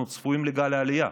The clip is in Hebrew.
אנחנו צפויים לגל עלייה,